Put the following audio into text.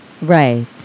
Right